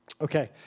Okay